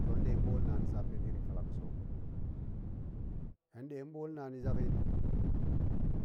Toh hen nɗe nong ɓoolnaan yitsa pa̱ hen iri fallak ga̱sek hok, hen nɗe ɓoolnoon yi zakyit,